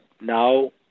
now